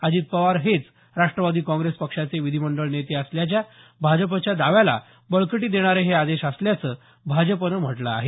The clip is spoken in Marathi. अजित पवार हेच राष्ट्रवादी काँप्रेस पक्षाचे विधीमंडळ नेते असल्याच्या भाजपच्या दाव्याला बळकटी देणारे हे आदेश असल्याचं भाजपनं म्हटलं आहे